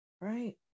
Right